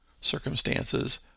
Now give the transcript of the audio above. circumstances